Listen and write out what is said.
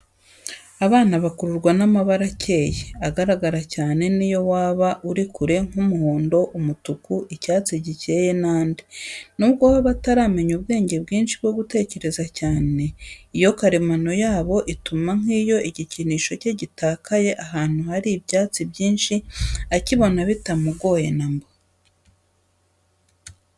Abana bakururwa n'amabara akeye, agaragara cyane n'iyo waba uri kure: nk'umuhondo, umutuku, icyatsi gikeye n'andi, n'ubwo baba bataramenya ubwenge bwinshi bwo gutekereza cyane, iyo karemano yabo ituma nk'iyo igikinisho cye gitakaye ahantu hari ibyatsi byinshi, akibona bitamugoye na mba.